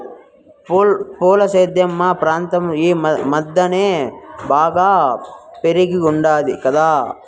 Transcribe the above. పూల సేద్యం మా ప్రాంతంలో ఈ మద్దెన బాగా పెరిగుండాది కదా